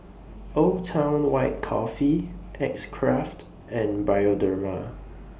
Old Town White Coffee X Craft and Bioderma